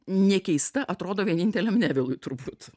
nekeista atrodo vieninteliam nevilui turbūt